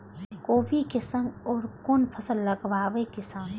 कोबी कै संग और कुन फसल लगावे किसान?